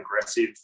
aggressive